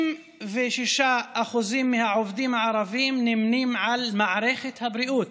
66% מהעובדים הערבים נמנים עם מערכת הבריאות: